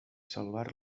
salvar